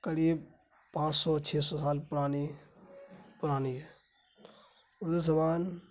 قریب پانچ سو چھ سو سال پرانی پرانی اردو زبان